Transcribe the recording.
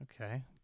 Okay